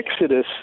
Exodus